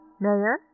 Mayor